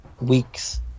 weeks